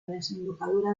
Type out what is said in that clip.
desembocadura